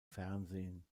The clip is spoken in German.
fernsehen